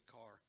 car